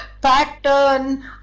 pattern